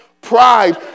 pride